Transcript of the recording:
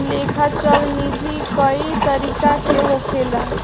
लेखा चल निधी कई तरीका के होखेला